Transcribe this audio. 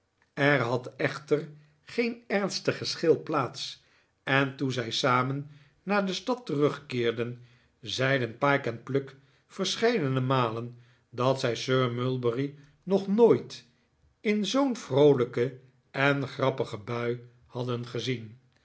er had echter geen ernstig geschil plaats en toen zij samen naar de stad terugkeerden zeiden pyke en pluck verscheidene malen dat zij sir mulberry nog nooit in zoo'n vroolijke en grappige bui hadden gezien